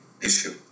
issue